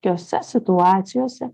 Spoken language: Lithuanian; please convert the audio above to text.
kiose situacijose